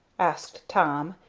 asked tom,